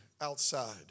outside